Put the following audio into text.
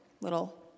little